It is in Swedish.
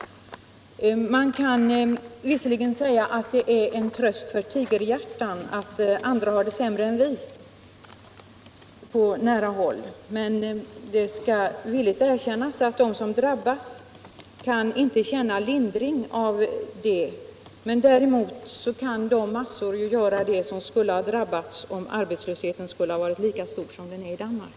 Man kan visserligen säga att det är en tröst för tigerhjärtan om andra på nära håll har det sämre än vi. Det skall villigt erkännas att de som har drabbats av arbetslöshet inte kan känna lindring av sådana jämförelser, men det kan däremot de mängder av arbetstagare göra som skulle ha drabbats om arbetslösheten hade varit lika stor som i Danmark.